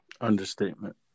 Understatement